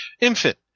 infant